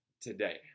today